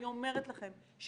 אני אומרת לכם,